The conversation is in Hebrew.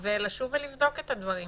עם זה ולשוב לבדוק את הדברים.